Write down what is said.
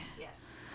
Yes